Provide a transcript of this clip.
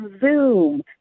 Zoom